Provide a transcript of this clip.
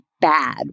bad